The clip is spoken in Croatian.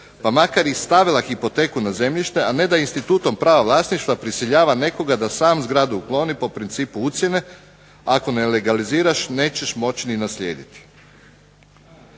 pa makar i stavila hipoteku na zemljište, a ne da institutom prava vlasništva prisiljava nekoga da sam zgradu ukloni po principu ucjene ako ne legaliziraš nećeš moći ni naslijediti.